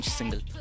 single